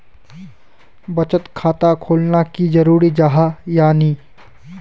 बचत खाता खोलना की जरूरी जाहा या नी?